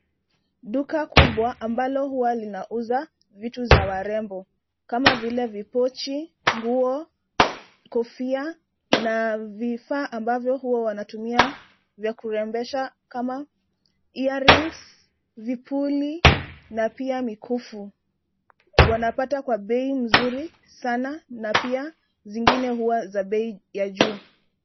Duka kubwa ambalo huwa linauza vitu za warembo kama vile vipochi, nguo, kofia na vifaa ambavyo huwa wanatumia vya kurembesha kama earrings , vipuli na pia mikufu. Wanapata kwa bei mzuri sana na pia zingine huwa za bei ya juu.